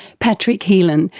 patrick helean,